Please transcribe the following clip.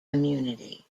immunity